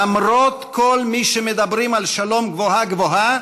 למרות כל מי שמדברים על שלום גבוהה-גבוהה